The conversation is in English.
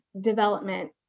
development